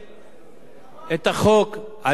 היא שקיבלה החלטה לתקן את החוק כדי שיהיה אפשר